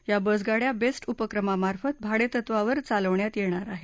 या बसगाड्या बस्टि उपक्रमामार्फत भाडवित्वावर चालवण्यात यघीर आहेत